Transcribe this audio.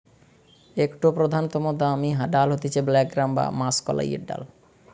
একটো প্রধানতম দামি ডাল হতিছে ব্ল্যাক গ্রাম বা মাষকলাইর ডাল